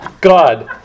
God